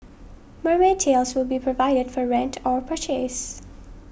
mermaid tails will be provided for rent or purchase